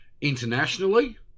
internationally